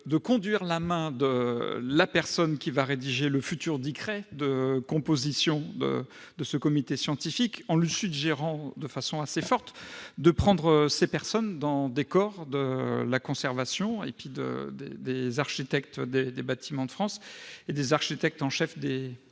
de conduire la main de la personne qui sera chargée de rédiger le décret de composition de ce conseil scientifique, en lui suggérant de façon assez forte de choisir ses membres au sein des corps de la conservation, des architectes des Bâtiments de France et des architectes en chef des